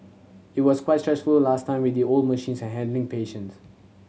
it was quite stressful last time with the old machines and handling patients